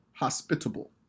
Hospitable